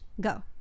go